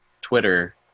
Twitter